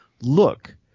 look